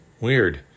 Weird